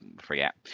forget